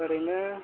ओरैनो